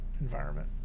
environment